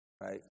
Right